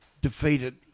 defeated